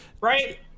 Right